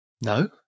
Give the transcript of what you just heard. No